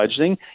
budgeting